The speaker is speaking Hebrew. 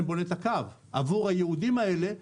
בינתיים עושה את הקו עבור הייעודים האלה שנכשלים.